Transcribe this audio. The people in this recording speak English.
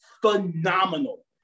phenomenal